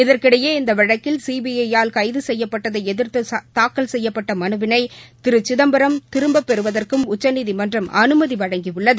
இதற்கிடையே இந்த வழக்கில் சிபிஐயால் கைது செய்யப்பட்டதை எதிர்த்து தாக்கல் செய்யப்பட்ட மனுவிளை திரு சிதம்பரம் திரும்பப் பெறுவதற்கும் உச்சநீதிமன்றம் அனுமதி வழங்கியுள்ளது